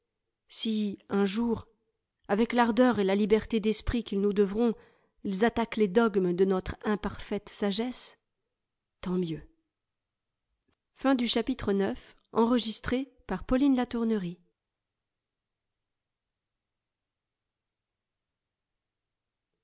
si un jour avec l'ardeur et la liberté d'esprit qu'ils nous devront ils attaquent les dogmes de notre imparfaite sagesse tant mieux